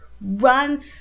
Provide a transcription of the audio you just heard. run